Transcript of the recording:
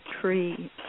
tree